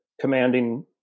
commanding